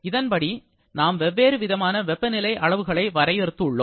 இதன்படி நாம் வெவ்வேறு விதமான வெப்பநிலை அளவுகளை வரையறுத்து உள்ளோம்